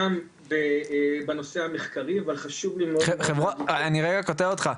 גם בנושא המחקרי אבל חשוב לי מאוד --- אני רגע קוטע אותך,